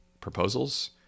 proposals